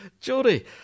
Jody